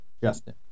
Justin